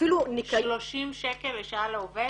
שאפילו -- 30 שקל לשעה לעובד?